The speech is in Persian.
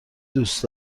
دوست